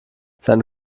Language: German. seine